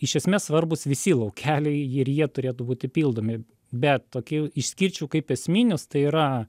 iš esmės svarbūs visi laukeliai ir jie turėtų būti pildomi bet tokie jau išskirčiau kaip esminius tai yra